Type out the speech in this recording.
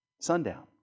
sundown